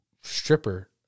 stripper